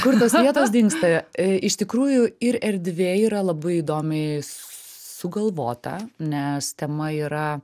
kur tos vietos dingsta iš tikrųjų ir erdvė yra labai įdomiai sugalvota nes tema yra